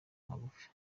magufi